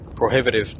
prohibitive